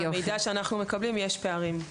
מהמידע שאנחנו מקבלים יש פערים.